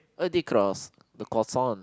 oh the cross the croissant